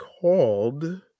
called